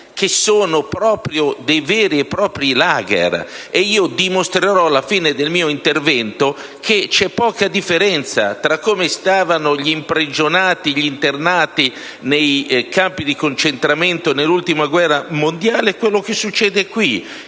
che sono veri e propri*lager*. Io dimostrerò alla fine del mio intervento che c'è poca differenza tra come stavano gli internati nei campi di concentramento nell'ultima guerra mondiale e quello che succede qui.